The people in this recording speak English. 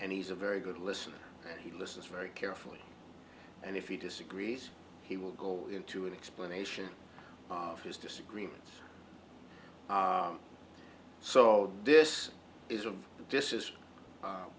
and he's a very good listener and he listens very carefully and if he disagrees he will go into an explanation of his disagreements so this is a this is